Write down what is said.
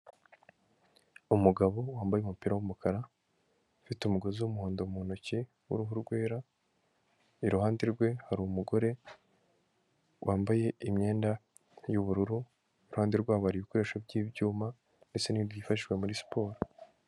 Umugabo wambaye umupira w'umukara, ufite umugozi w'umuhondo mu ntoki w'uruhu rwera, iruhande rwe hari umugore wambaye imyenda y'ubururu, iruhande rwabo hari ibikoresho by'ibyuma ndetse n'ibyifashishwa muri siporo.